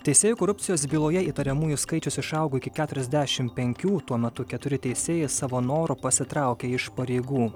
teisėjų korupcijos byloje įtariamųjų skaičius išaugo iki keturiasdešimt penkių tuo metu keturi teisėjai savo noru pasitraukė iš pareigų